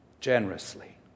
generously